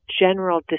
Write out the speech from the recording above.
general